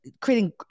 creating